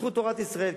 בזכות תורת ישראל.